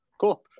Cool